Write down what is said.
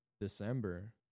December